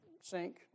sink